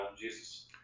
Jesus